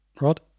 rod